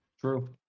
True